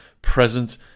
Present